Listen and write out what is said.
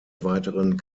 weiteren